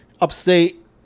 upstate